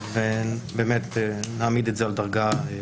נעמיד את זה על דרגה ב'.